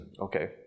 Okay